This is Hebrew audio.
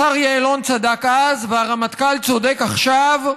השר יעלון צדק אז והרמטכ"ל צודק עכשיו,